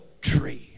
tree